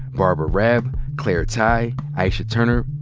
barbara raab, claire tighe, aisha turner,